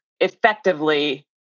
effectively